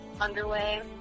underway